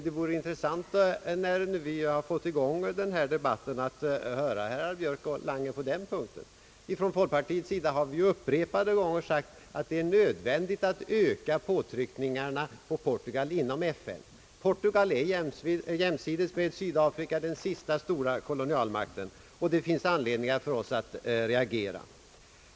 När vi nu har fått i gång den här debatten, vore det intressant att höra vad herrar Björk och Lange säger på den punkten. Från folkpartiets sida har vi upprepade gånger sagt att det är nödvändigt att öka påtryckningarna mot Portugal inom FN. Portugal är jämsides med Sydafrika den sista stora kolonialmakten, och det finns anledning för oss att reagera.